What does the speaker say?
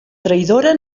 traïdora